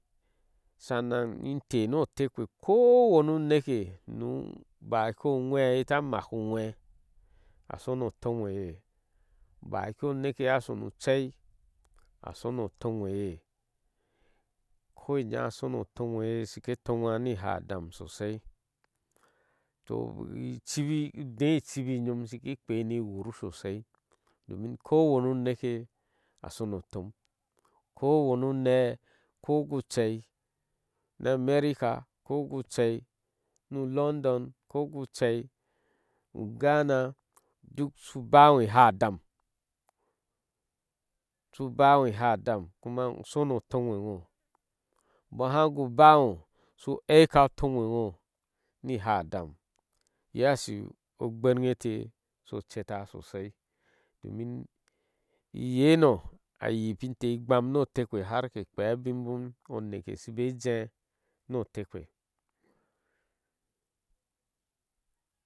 Sanan inteh ni otekpe koo winu uneke nu ubaki o uŋwe a ye a shita maki urgwe a sono oton ŋwe ye udki uneke eye ata sonu chei a. sono otom eye konya a seno otom eye eteh shike tongwa ni ihadan sosai toh udee e ichibi nyom isiki kpeea ni war sopsaii domin ko wani uneke, ashono otom ko wani unee koku cha na a merika koku chei nu london ko ku chei ugana duk su baŋo ihadam, su baŋo ihadam dukma u sonu otomeŋo. ba haku baŋo su aika otom eŋo ni ihadam. iye ashi ogbege teh sho ohets sosai domin iyeno ayinteh igbam ni otekpe har ke kpeea abin kom oneke sibe jee ni otekp`e.